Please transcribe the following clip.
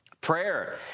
Prayer